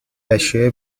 اشیاء